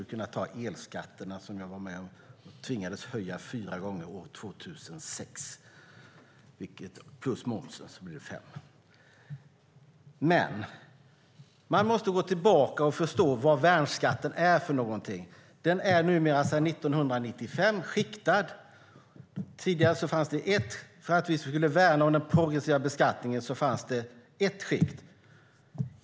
Jag kan nämna elskatterna, som jag tvingades höja fyra gånger år 2006 - med momsen blir det fem. Vi måste gå tillbaka för att förstå vad värnskatten är. Den är sedan 1995 skiktad. För att vi skulle kunna värna den progressiva beskattningen fanns det tidigare ett skikt.